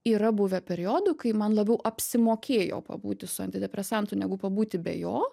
yra buvę periodų kai man labiau apsimokėjo pabūti su antidepresantu negu pabūti be jo